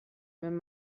wenn